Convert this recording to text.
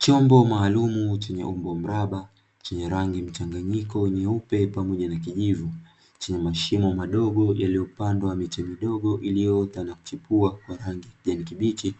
Chombo maalumu chenye umbo mraba chenye rangi mchanganyiko nyeupe pamoja na kijivu chenye mashimo madogo yaliyopandwa miche midogo, iliyoota na kuchipua kwa rangi ya kijani kibichi,